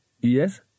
yes